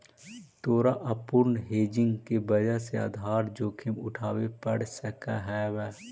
तोरा अपूर्ण हेजिंग के वजह से आधार जोखिम उठावे पड़ सकऽ हवऽ